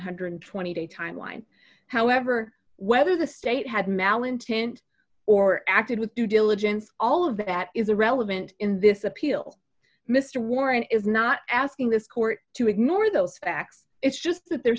hundred and twenty dollars day time line however whether the state had malintent or acted with due diligence all of that is irrelevant in this appeal mr warren is not asking this court to ignore those facts it's just that they're